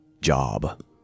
job